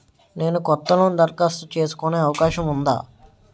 నేను కొత్త లోన్ దరఖాస్తు చేసుకునే అవకాశం ఉందా?